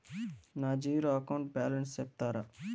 నా zero account balance సెప్తారా?